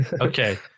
Okay